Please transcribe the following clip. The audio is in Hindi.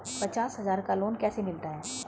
पचास हज़ार का लोन कैसे मिलता है?